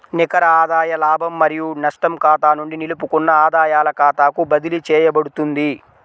నికర ఆదాయ లాభం మరియు నష్టం ఖాతా నుండి నిలుపుకున్న ఆదాయాల ఖాతాకు బదిలీ చేయబడుతుంది